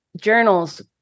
journals